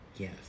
Yes